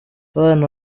abana